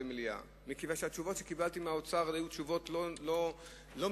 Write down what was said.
מכיוון שהתשובות שקיבלתי מהאוצר היו תשובות לא מדויקות,